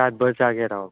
रातभर जागें रावप आं